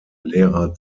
lehre